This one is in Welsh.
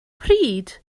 pryd